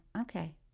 Okay